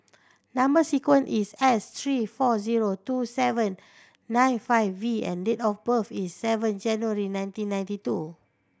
number sequence is S three four zero two seven nine five V and date of birth is seven January nineteen ninety two